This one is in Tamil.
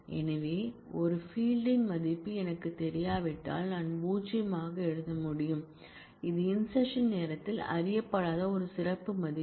எனவே ஒரு புலத்தின் மதிப்பு எனக்குத் தெரியாவிட்டால் நான் பூஜ்யமாக எழுத முடியும் இது இன்செர்ஷன் நேரத்தில் அறியப்படாத ஒரு சிறப்பு மதிப்பு